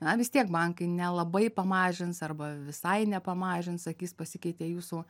na vis tiek bankai nelabai pamažins arba visai ne pamažins sakys pasikeitė jūsų